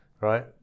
right